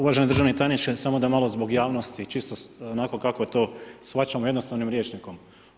Uvaženi državni tajniče, saamo da malo zbog javnosti, čisto onako kako to shvaćamo jednostavnim rječnikom.